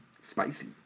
Spicy